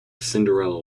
cinderella